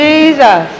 Jesus